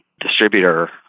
distributor